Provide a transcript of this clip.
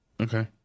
okay